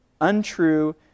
Untrue